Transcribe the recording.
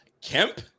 Kemp